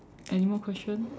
anymore questions